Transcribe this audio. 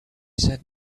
said